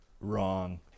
wrong